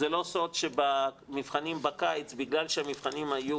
זה לא סוד שבמבחנים בקיץ בגלל שהמבחנים היו